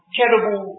terrible